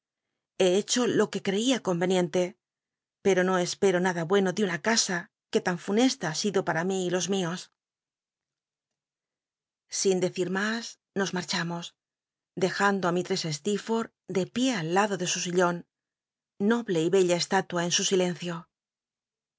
lle hecho lo que creia con pero no espero nada bueno de una casa que tan funesta ha sido para mi y los mios sin decir mas nos marchamos dejando á misll'es steerforth de pié aliado de su sillon noble y bella csttilua en su silencio